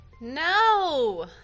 no